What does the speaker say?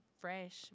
fresh